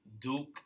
Duke